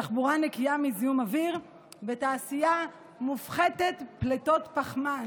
תחבורה נקייה מזיהום אוויר ותעשייה מופחתת פליטות פחמן.